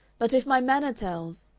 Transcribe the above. but if my manner tells!